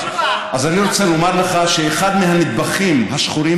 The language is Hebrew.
אז אני רוצה לומר לך שאחד מהנדבכים השחורים